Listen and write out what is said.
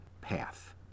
path